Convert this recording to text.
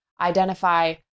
identify